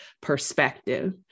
perspective